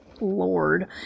Lord